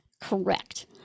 correct